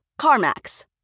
CarMax